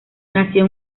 nació